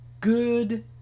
good